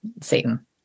Satan